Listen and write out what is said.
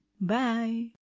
Bye